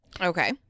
Okay